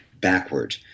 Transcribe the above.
backward